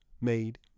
made